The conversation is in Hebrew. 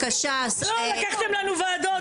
לקחתם לנו ועדות,